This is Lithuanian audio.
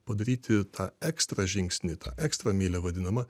padaryti tą ekstra žingsnį tą ekstra mylią vadinamą